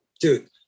dude